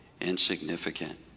insignificant